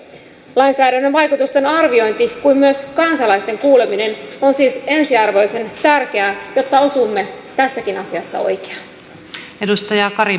lainsäädännön vaikutusten arviointi kuten myös kansalaisten kuuleminen on siis ensiarvoisen tärkeää jotta osumme tässäkin asiassa oikeaan